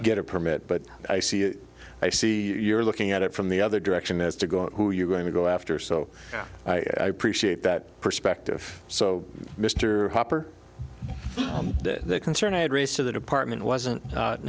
get a permit but i see i see you're looking at it from the other direction is to go who you're going to go after so i appreciate that perspective so mr hopper the concern i had raised to the department wasn't n